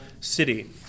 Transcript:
city